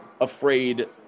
afraid